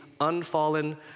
unfallen